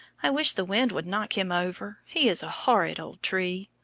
i wish the wind would knock him over, he is a horrid old tree.